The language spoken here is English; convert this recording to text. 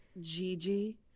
Gigi